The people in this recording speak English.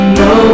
no